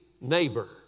neighbor